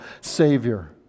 Savior